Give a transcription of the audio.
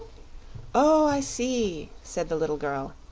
oh, i see, said the little girl.